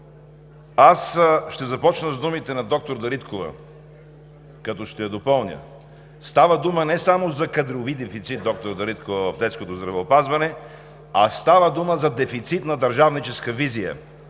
Аз ще започна с думите на доктор Дариткова, като ще я допълня: става дума не само за кадрови дефицит, доктор Дариткова, в детското здравеопазване, а става дума за дефицит на държавническа визия.